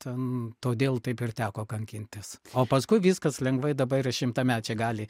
ten todėl taip ir teko kankintis o paskui viskas lengvai dabar ir šimtamečiai gali